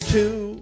Two